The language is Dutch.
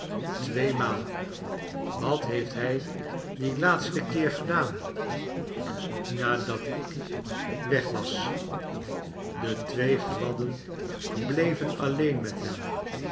wat heeft hij dien laatsten keer gedaan nadat ik weg was de twee gladden bleven alleen met hem